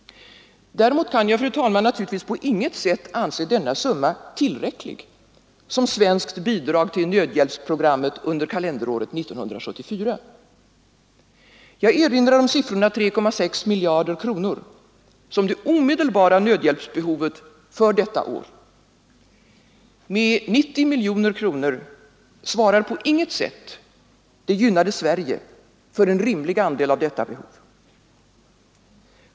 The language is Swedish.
Däremot kan jag, fru talman, naturligtvis på inget sätt anse denna summa tillräcklig som svenskt bidrag till nödhjälpsprogrammet under kalenderåret 1974. Jag erinrar om siffrorna 3,6 miljarder kronor som det omedelbara nödhjälpsbehovet för 1974. Med 90 miljoner svarar på inget sätt det gynnade Sverige för en rimlig andel av detta belopp.